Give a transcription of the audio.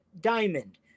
diamond